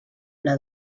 pla